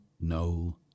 no